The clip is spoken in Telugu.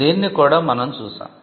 దీనిని కూడా మనం చూశాం